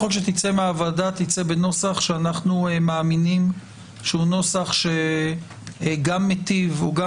מהוועדה תצא בנוסח שאנחנו מאמינים שהוא נוסח שגם מיטיב וגם